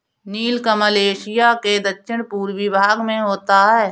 नीलकमल Asia के दक्षिण पूर्वी भाग में होता है